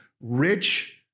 rich